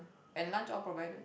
and lunch all provided